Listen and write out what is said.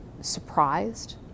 surprised